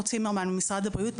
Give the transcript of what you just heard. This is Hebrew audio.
כפי שאמרה ד"ר צימרמן ממשרד הבריאות,